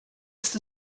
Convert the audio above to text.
ist